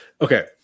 Okay